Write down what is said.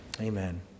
Amen